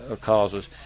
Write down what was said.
causes